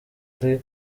ari